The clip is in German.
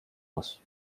muss